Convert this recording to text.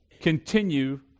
continue